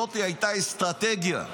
זאת הייתה האסטרטגיה.